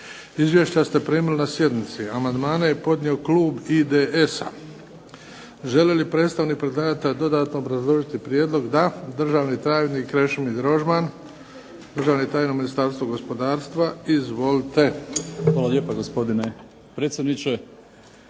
Izvješća ste primili na sjednici. Amandmane je podnio klub IDS-a. Želi li predstavnik predlagatelja dodatno obrazložiti prijedlog? Da. Državni tajnik Krešimir Rožman, državni tajnik u Ministarstvu gospodarstva. Izvolite. **Rožman, Krešimir** Hvala lijepa gospodine predsjedniče,